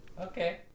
Okay